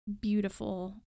beautiful